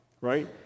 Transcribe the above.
right